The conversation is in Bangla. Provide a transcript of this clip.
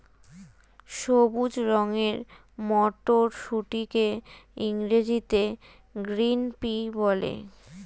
সবুজ রঙের মটরশুঁটিকে ইংরেজিতে গ্রিন পি বলে